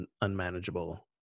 unmanageable